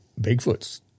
Bigfoot's